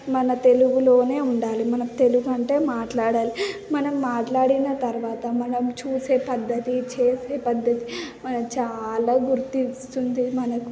మన తెలుగులోనే ఉండాలి మనం తెలుగు అంటే మాట్లాడాలి మనం మాట్లాడిన తర్వాత మనం చూసే పద్ధతి చేసే పద్ధతి మన చాలా గుర్తిస్తుంది మనకు